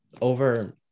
over